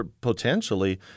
potentially